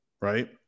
Right